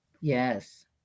yes